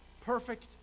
Perfect